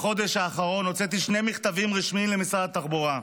הוצאתי בחודש האחרון שני מכתבים רשמיים למשרד התחבורה: